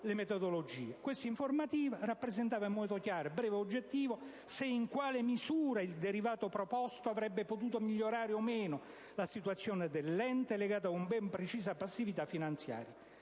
le metodologie. Questa informativa rappresentava in modo chiaro, breve e oggettivo se e in quale misura il derivato proposto avrebbe potuto migliorare o meno la situazione dell'ente legata ad una ben precisa passività finanziaria